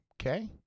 Okay